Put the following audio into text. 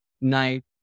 night